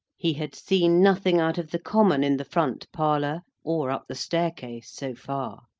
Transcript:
he had seen nothing out of the common in the front-parlour, or up the staircase, so far.